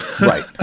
Right